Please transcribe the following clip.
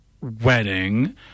wedding